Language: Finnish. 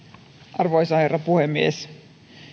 arvoisa herra puhemies